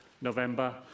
November